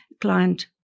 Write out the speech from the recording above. client